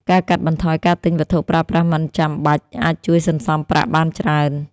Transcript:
ការកាត់បន្ថយការទិញវត្ថុប្រើប្រាស់មិនចាំបាច់អាចជួយសន្សំប្រាក់បានច្រើន។